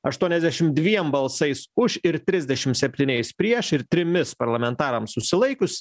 aštuoniasdešim dviem balsais už ir trisdešim septyniais prieš ir trimis parlamentarams susilaikius